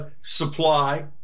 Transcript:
supply